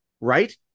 right